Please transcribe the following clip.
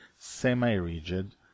semi-rigid